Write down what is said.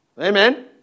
Amen